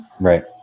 right